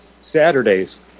saturdays